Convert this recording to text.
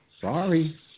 Sorry